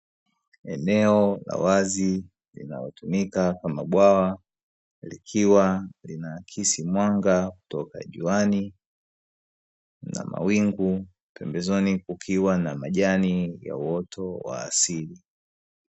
Eneo la wazi linalotumika kama bwawa likiwa linaakisi mwanga kutoka juani na mawingu pembezoni kukiwa na majani ya uoto wa asili.